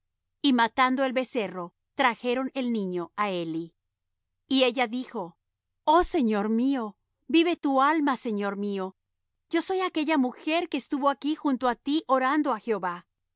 y matando el becerro trajeron el niño á eli y ella dijo oh señor mío vive tu alma señor mío yo soy aquella mujer que estuvo aquí junto á ti orando á jehová